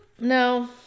No